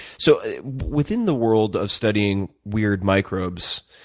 so within the world of studying weird microbes,